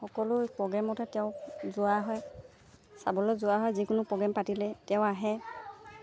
সকলো প্ৰগ্ৰেমতে তেওঁক যোৱা হয় চাবলৈ যোৱা হয় যিকোনো প্ৰগ্ৰেম পাতিলে তেওঁ আহে